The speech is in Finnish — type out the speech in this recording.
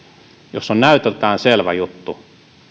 jos on näytöltään selvä juttu